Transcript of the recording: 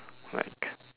like